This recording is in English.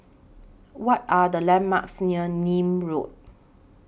What Are The landmarks near Nim Road